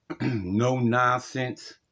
No-nonsense